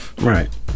Right